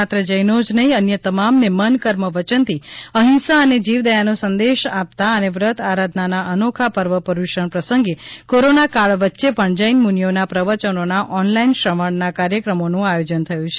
માત્ર જૈનો જ નહી અન્ય તમામને મન કર્મ વયનથી અહિંસા અને જીવદયાનો સંદેશ આપતા અને વ્રત આરાધનાના અનોખા પર્વ પર્યુષણ પ્રસંગે કોરોના કાળ વચ્ચે પણ જૈનમુનીઓના પ્રવયનોના ઓનલાઇન શ્રવણના કાર્યક્રમોનું આયોજન થયું છે